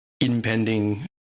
impending